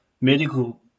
Medical